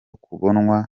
kubonwa